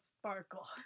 Sparkle